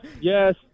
Yes